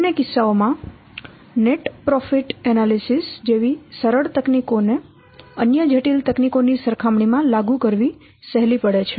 બંને કિસ્સાઓમાં net profit analysis જેવી સરળ તકનીકો ને અન્ય જટિલ તકનીકો ની સરખામણી માં લાગુ કરવી સહેલી પડે છે